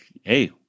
hey